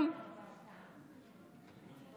מאה אחוז.